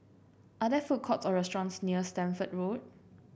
are there food courts or restaurants near Stamford Road